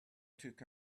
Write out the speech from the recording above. took